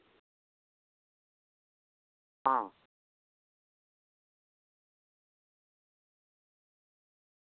हां